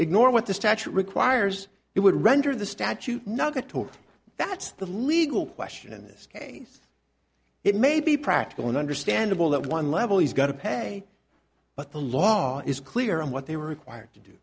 ignore what the statute requires it would render the statute not a tort that's the legal question in this case it may be practical and understandable that one level he's got to pay but the law is clear on what they were